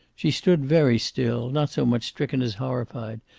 she stood very still, not so much stricken as horrified,